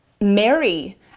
marry